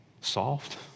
solved